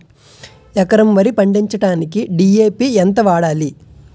ఎకరం వరి పండించటానికి డి.ఎ.పి ఎంత వాడాలి?